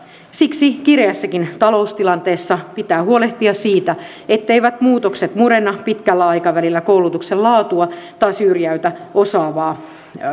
siksi kireässäkin taloustilanteessa pitää huolehtia siitä etteivät muutokset murenna pitkällä aikavälillä koulutuksen laatua tai syrjäytä osaa nuorista